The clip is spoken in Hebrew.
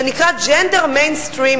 זה נקרא gender mainstreaming.